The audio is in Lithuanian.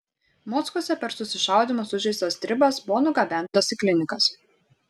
mockuose per susišaudymą sužeistas stribas buvo nugabentas į klinikas